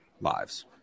lives